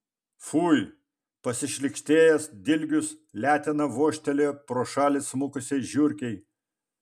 fui pasišlykštėjęs dilgius letena vožtelėjo pro šalį smukusiai žiurkei